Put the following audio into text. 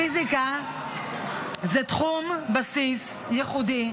הפיזיקה זה תחום בסיס ייחודי.